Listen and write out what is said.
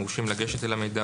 המורשים לגשת אל המידע,